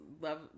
love